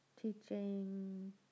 teaching